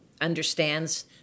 understands